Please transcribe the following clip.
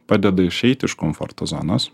padeda išeit iš komforto zonos